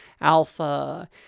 alpha